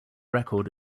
record